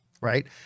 right